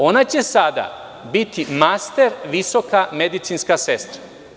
Ona će sada biti master visoka medicinska sestra.